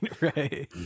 Right